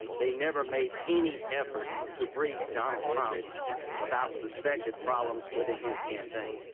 they never made any effort to brief donald trump about suspected problems within his campaign.